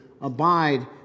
abide